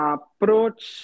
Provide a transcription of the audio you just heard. approach